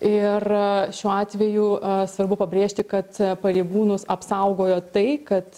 ir šiuo atveju svarbu pabrėžti kad pareigūnus apsaugojo tai kad